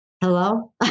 Hello